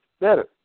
better